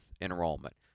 enrollment